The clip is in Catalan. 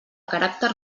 caràcter